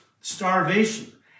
starvation